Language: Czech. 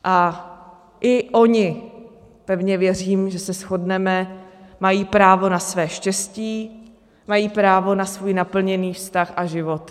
A i oni pevně věřím, že se shodneme mají právo na své štěstí, mají právo na svůj naplněný vztah a život.